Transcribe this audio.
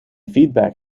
feedback